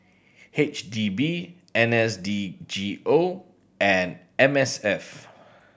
H D B N S D G O and M S F